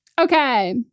Okay